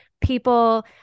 people